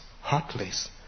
heartless